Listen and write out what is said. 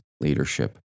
leadership